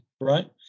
Right